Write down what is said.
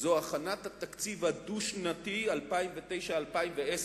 הוא הכנת התקציב הדו-שנתי 2009 2010,